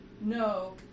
No